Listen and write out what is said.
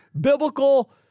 biblical